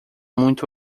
muito